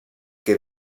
que